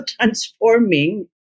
transforming